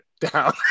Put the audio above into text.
down